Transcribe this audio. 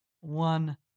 one